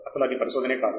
అసలు అది పరిశోధనే కాదు